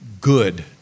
good